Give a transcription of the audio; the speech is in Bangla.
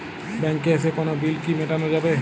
ব্যাংকে এসে কোনো বিল কি মেটানো যাবে?